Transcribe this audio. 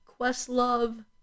Questlove